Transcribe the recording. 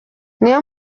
niyo